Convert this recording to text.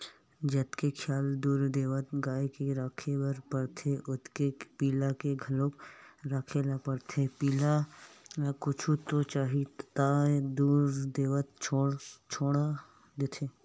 जतके खियाल दूद देवत गाय के राखे बर परथे ओतके पिला के घलोक राखे ल परथे पिला ल कुछु हो जाही त दाई ह दूद देबर छोड़ा देथे